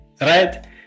Right